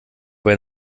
wer